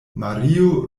mario